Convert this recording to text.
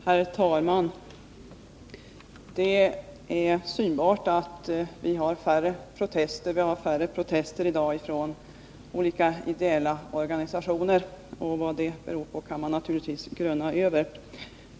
Herr talman! Det är synbart att det i dag kommer färre protester från olika ideella organisationer. Vad det beror på kan man naturligtvis grunna över.